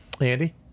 Andy